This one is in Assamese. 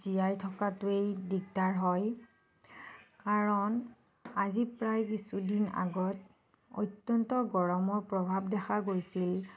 জীয়াই থকাটোৱে দিগদাৰ হয় কাৰণ আজি প্ৰায় কিছুদিন আগত অত্য়ন্ত গৰমৰ প্ৰভাৱ দেখা গৈছিল